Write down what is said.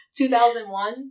2001